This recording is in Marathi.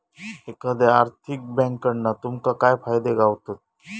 एखाद्या आर्थिक बँककडना तुमका काय फायदे गावतत?